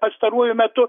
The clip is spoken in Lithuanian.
pastaruoju metu